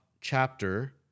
chapter